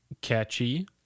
catchy